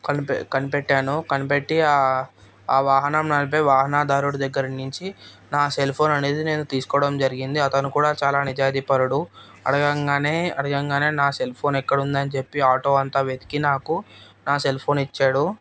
కనిపెట్ కనిపెట్టాను కనిపెట్టి ఆ వాహనం నడిపే వాహనదారుడు దగ్గర నుంచి నా సెల్ ఫోన్ అనేది నేను తీసుకోవడం జరిగింది అతను కూడా చాలా నిజాయితీపరుడు అడగంగానే అడగంగానే నా సెల్ ఫోన్ ఎక్కడ ఉందని చెప్పి ఆటో అంతా వెతికి నాకు నా సెల్ ఫోన్ ఇచ్చాడు